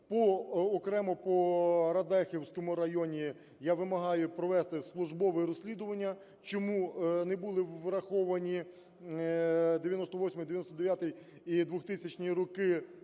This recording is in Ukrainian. Окремо по Радехівському районі я вимагаю провести службове розслідування, чому не були враховані 98-й, 99-й і 2000 роки